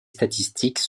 statistiques